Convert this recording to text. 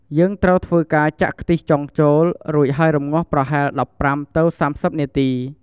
យើងត្រូវធ្វើការចាក់ខ្ទិះចុងចូល រួចហើយរំងាស់ប្រហែល ១៥ទៅ៣០នាទី។